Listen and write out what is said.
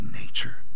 nature